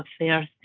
Affairs